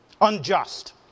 unjust